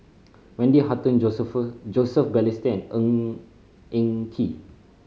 Wendy Hutton Joseph Joseph Balestier and Ng Eng Kee